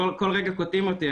כל רגע קוטעים אותי,